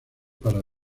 para